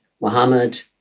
Muhammad